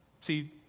See